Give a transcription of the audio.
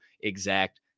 exact